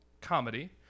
comedy